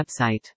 website